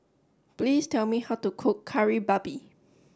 please tell me how to cook Kari Babi